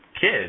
kids